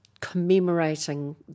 commemorating